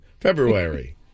February